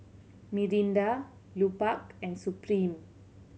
Mirinda Lupark and Supreme